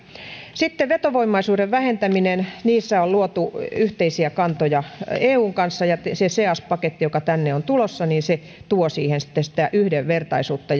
sitten vetovoimaisuuden vähentäminen siinä on luotu yhteisiä kantoja eun kanssa ja se se ceas paketti joka tänne on tulossa tuo siihen sitten sitä yhdenvertaisuutta